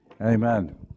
Amen